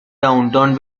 downtown